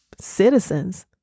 citizens